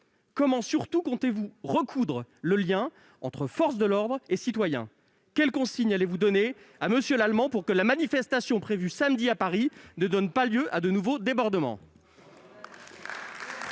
Comment comptez-vous, surtout, retisser le lien entre forces de l'ordre et citoyens ? Quelles consignes allez-vous donner à M. Lallement pour que la manifestation prévue samedi prochain à Paris ne donne pas lieu à de nouveaux débordements ?